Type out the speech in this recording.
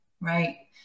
Right